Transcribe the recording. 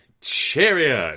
cheerio